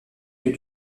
lieu